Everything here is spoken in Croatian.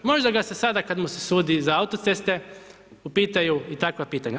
Možda ga se sada kada mu se sudi za autoceste, upitaju i takva pitanja.